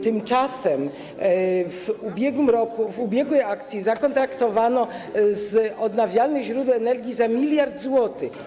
Tymczasem w ubiegłym roku, w ubiegłej akcji zakontraktowano z odnawialnych źródeł energii za miliard złotych.